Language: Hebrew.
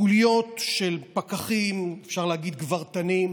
חוליות של פקחים, אפשר להגיד: גברתנים,